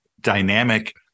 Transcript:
dynamic